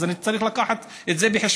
אז אני צריך לקחת את זה בחשבון.